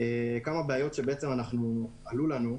ערעור באמצעות צפייה בצילום.